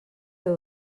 déu